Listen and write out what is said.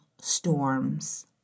storms